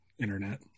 internet